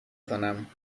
کنم